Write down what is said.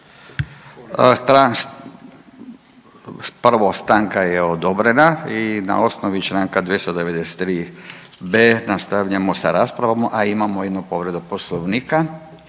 Prvo, stanka je odobrena i na osnovi Članka 293b. nastavljamo sa raspravom, a imamo jednu povredu Poslovnika.